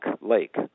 Lake